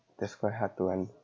that's quite hard to I'm